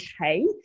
okay